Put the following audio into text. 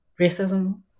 racism